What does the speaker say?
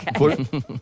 Okay